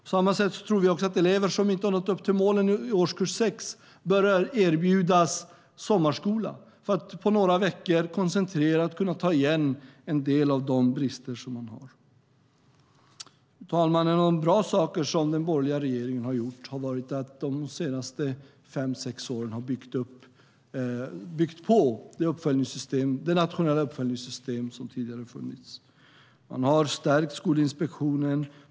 På samma sätt tror vi att elever som inte har nått upp till målen i årskurs 6 bör erbjudas sommarskola, för att på några veckor koncentrerat kunna ta igen en del av de brister som de har. Fru talman! En av de bra saker som den borgerliga regeringen har gjort är att under de senaste fem sex åren ha byggt på det nationella uppföljningssystem som tidigare fanns. Man har stärkt Skolinspektionen.